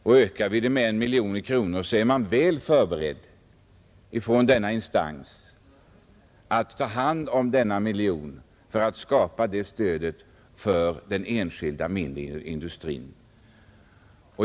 Ökas detta bidrag med 1 miljon kronor, är denna instans väl förberedd att ta hand om denna miljon för att skapa detta stöd för den enskilda, mindre industrin.